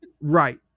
Right